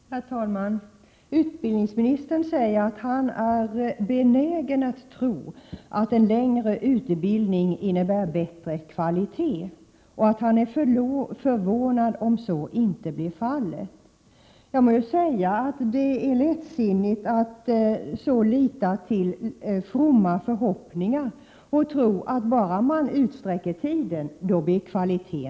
Herr talman! Utbildningsministern säger att han är benägen att tro att en längre utbildning innebär bättre kvalitet och att han skulle bli förvånad om så 153 inte blev fallet. Jag må säga att det är lättsinnigt att så lita till fromma förhoppningar och tro att kvaliteten blir bättre om man bara utsträcker tiden.